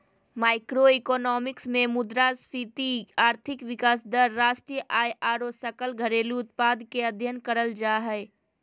macroeconomics मे मुद्रास्फीति, आर्थिक विकास दर, राष्ट्रीय आय आरो सकल घरेलू उत्पाद के अध्ययन करल जा हय